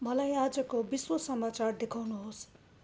मलाई आजको विश्व समाचार देखाउनुहोस्